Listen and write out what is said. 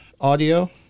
audio